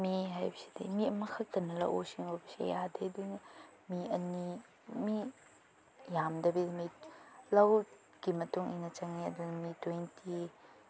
ꯃꯤ ꯍꯥꯏꯕꯁꯤꯗꯤ ꯃꯤ ꯑꯃꯈꯛꯇꯅ ꯂꯧꯎ ꯁꯤꯡꯎꯕꯁꯤ ꯌꯥꯗꯦ ꯑꯗꯨꯅ ꯃꯤ ꯑꯅꯤ ꯃꯤ ꯌꯥꯝꯗꯕꯤꯗ ꯃꯤ ꯂꯧꯒꯤ ꯃꯇꯨꯡ ꯏꯟꯅ ꯆꯪꯉꯦ ꯑꯗꯨ ꯃꯤ ꯇ꯭ꯋꯦꯟꯇꯤ